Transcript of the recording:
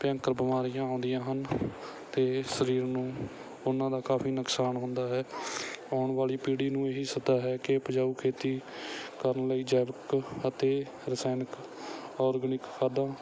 ਭਿਅੰਕਰ ਬਿਮਾਰੀਆਂ ਆਉਂਦੀਆਂ ਹਨ ਅਤੇ ਸਰੀਰ ਨੂੰ ਉਹਨਾਂ ਦਾ ਕਾਫੀ ਨੁਕਸਾਨ ਹੁੰਦਾ ਹੈ ਆਉਣ ਵਾਲੀ ਪੀੜ੍ਹੀ ਨੂੰ ਇਹੀ ਸੱਦਾ ਹੈ ਕਿ ਉਪਜਾਊ ਖੇਤੀ ਕਰਨ ਲਈ ਜੈਵਿਕ ਅਤੇ ਰਸਾਇਣਿਕ ਔਰਗੈਨਿਕ ਖਾਦਾਂ